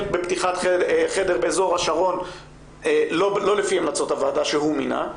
בפתיחת חדר באזור השרון לא לפי המלצות הוועדה שהוא מינה,